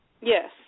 Yes